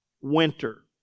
winter